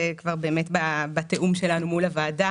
זה לתיאום שלנו מול הוועדה